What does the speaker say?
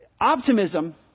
Optimism